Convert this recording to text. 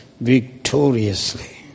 victoriously